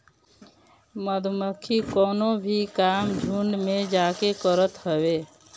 मधुमक्खी कवनो भी काम झुण्ड में जाके करत हवे